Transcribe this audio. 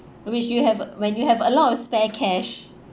which you have when you have a lot of spare cash